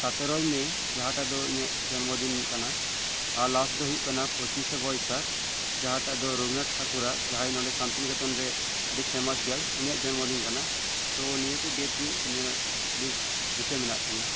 ᱥᱟᱛᱮᱨᱳᱭ ᱢᱮ ᱡᱟᱦᱟᱸᱴᱟᱜ ᱫᱚ ᱤᱧᱟᱹᱜ ᱡᱚᱱᱢᱚ ᱫᱤᱱ ᱠᱟᱱᱟ ᱟᱨ ᱞᱟᱥᱴ ᱫᱤᱱ ᱫᱚ ᱦᱩᱭᱩᱜ ᱠᱟᱱᱟ ᱯᱚᱸᱪᱤᱥᱮ ᱵᱳᱭᱥᱟᱠᱷ ᱡᱟᱦᱟᱸᱴᱟᱜ ᱫᱚ ᱨᱚᱵᱤᱱᱫᱽᱨᱚᱱᱟᱛᱷ ᱴᱷᱟᱠᱩᱨᱟᱜ ᱡᱟᱦᱟᱸᱭ ᱱᱤᱛᱚᱜ ᱥᱟᱱᱛᱤᱱᱤᱠᱮᱛᱚᱱ ᱨᱮ ᱟᱰᱤ ᱯᱷᱮᱢᱟᱥ ᱜᱮᱭᱟᱭ ᱩᱱᱤᱭᱟᱜ ᱡᱚᱱᱢᱚ ᱫᱤᱱ ᱠᱟᱱᱟ ᱛᱚ ᱱᱤᱭᱟᱹ ᱠᱚ ᱰᱮᱴ ᱜᱮ ᱤᱧᱟᱹᱜ ᱟᱰᱤ ᱰᱤᱥᱟᱹ ᱢᱮᱱᱟᱜ ᱛᱤᱧᱟᱹ